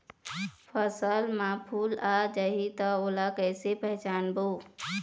फसल म फूल आ जाही त ओला कइसे पहचानबो?